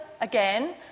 again